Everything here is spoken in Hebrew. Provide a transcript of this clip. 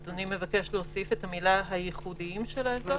אדוני מבקש להוסיף את המילה "הייחודיים" של האזור?